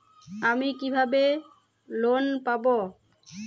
আমি কিভাবে লোন পাব?